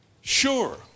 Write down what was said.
sure